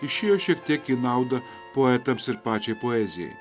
išėjo šiek tiek į naudą poetams ir pačiai poezijai